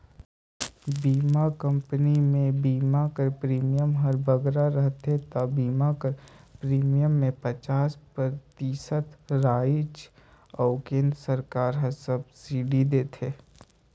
बीमा कंपनी में बीमा कर प्रीमियम हर बगरा रहथे ता बीमा कर प्रीमियम में पचास परतिसत राएज अउ केन्द्र सरकार हर सब्सिडी देथे